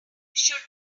should